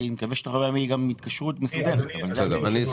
אני מקווה שתוך יומיים תהיה גם התקשרות מסודרת,